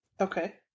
Okay